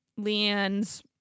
Leanne's